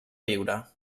viure